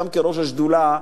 גם כראש השדולה,